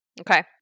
Okay